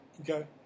Okay